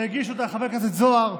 שהגיש אותה חבר הכנסת זוהר,